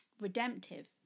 redemptive